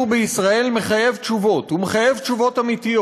אדוני היושב-ראש, אני לא זזתי.